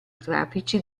traffici